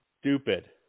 stupid